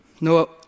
No